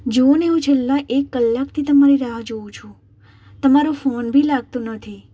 જુઓને હું છેલ્લા એક કલાકથી તમારી રાહ જોવું છું તમારો ફોન બી લાગતો નથી